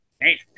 Hey